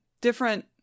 different